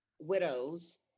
widows